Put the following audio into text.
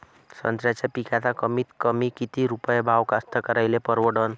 संत्र्याचा पिकाचा कमीतकमी किती रुपये भाव कास्तकाराइले परवडन?